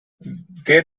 there